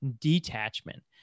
detachment